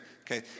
Okay